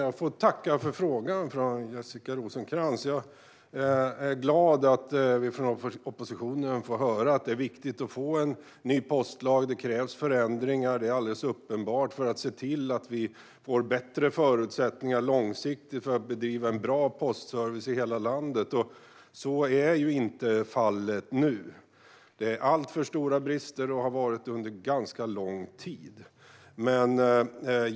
Herr talman! Jag tackar för Jessica Rosencrantz fråga. Jag är glad att vi från oppositionen får höra att det är viktigt med en ny postlag. Det är alldeles uppenbart att förändringar krävs för att vi ska kunna få mer långsiktiga förutsättningar att bedriva en bra postservice i hela landet. Så är ju fallet inte nu. Bristerna är alltför stora, och så har det varit under en ganska lång tid.